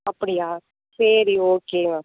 அப்படியா சரி ஓகேம்மா